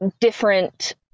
different